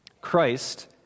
Christ